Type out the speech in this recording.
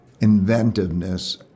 inventiveness